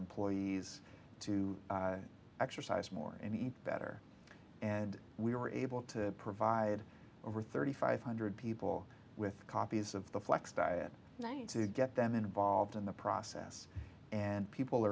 employees to exercise more and eat better and we were able to provide over thirty five hundred people with copies of the flex diet to get them involved in the process and people